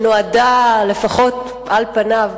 שנועדה, לפחות על פניו,